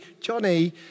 Johnny